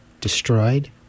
destroyed